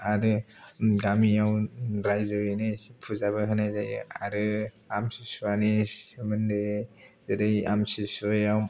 आरो गामियाव रायजोयैनो फुजाबो होनाय जायो आरो आमतिसुवानि सोमोन्दोयै जेरै आमतिसुवायाव